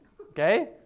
Okay